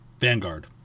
Vanguard